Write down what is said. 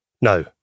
No